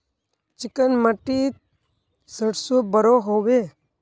Chicken माटित सरसों बढ़ो होबे?